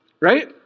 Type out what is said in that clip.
Right